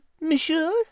Monsieur